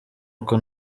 uko